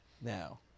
now